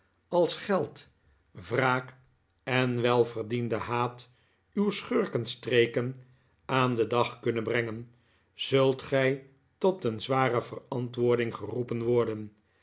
als geld wraak en welverdiende haat uw schurkenstreken aan den dag kunnen brengen zult gij tot een zware verantwoording geroepen worden